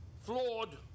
flawed